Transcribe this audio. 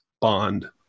Bond